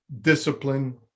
discipline